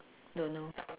don't know